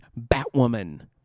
Batwoman